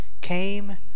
came